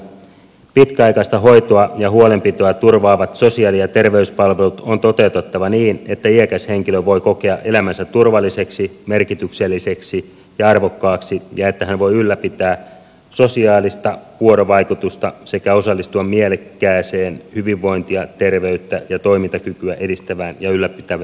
pitkäaikaista hoitoa ja huolenpitoa turvaavat sosiaali ja terveyspalvelut on toteutettava niin että iäkäs henkilö voi kokea elämänsä turvalliseksi merkitykselliseksi ja arvokkaaksi ja että hän voi ylläpitää sosiaalista vuorovaikutusta sekä osallistua mielekkääseen hyvinvointia terveyttä ja toimintakykyä edistävään ja ylläpitävään toimintaan